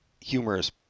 humorous